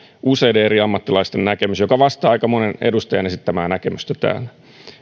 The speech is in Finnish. useiden eri ammattilaisten näkemyksen joka vastaa aika monen edustajan esittämää näkemystä tähän